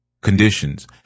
conditions